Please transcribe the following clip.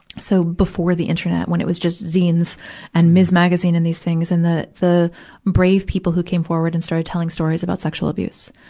so before the internet when it was just zines and ms. magazine and these things and the, the brave people who came forward and started telling stories about sexual abuse.